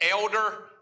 elder